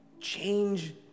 Change